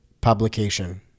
publication